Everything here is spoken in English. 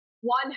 one